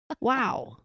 wow